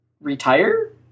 retire